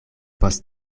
post